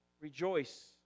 Rejoice